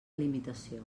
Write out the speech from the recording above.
limitació